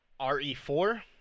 RE4